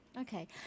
Okay